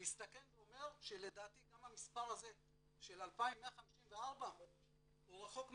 מסתכן ואומר שלדעתי גם המספר הזה של 2,154 הוא רחוק מהמציאות.